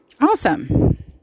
Awesome